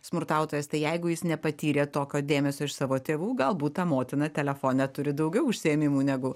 smurtautojas tai jeigu jis nepatyrė tokio dėmesio iš savo tėvų galbūt ta motina telefone turi daugiau užsiėmimų negu